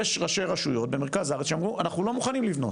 יש ראשי רשויות במרכז הארץ שאמרו: אנחנו לא מוכנים לבנות.